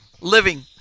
living